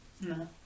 No